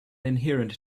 inherent